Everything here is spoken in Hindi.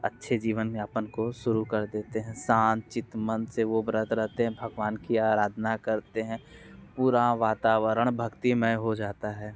अच्छे जीवन में अपन को शुरू कर देते हैं संचित मन से वह व्रत रहते हैं भगवान की आराधना करते हैं पूरा वातावरण भक्तिमय हो जाता है